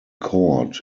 court